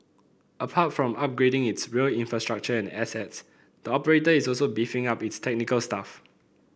apart from upgrading its rail infrastructure and assets the operator is also beefing up its technical staff